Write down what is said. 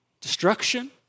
destruction